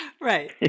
Right